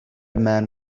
man